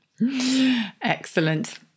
Excellent